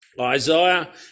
Isaiah